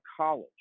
college